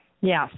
Yes